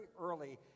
early